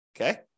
Okay